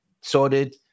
sorted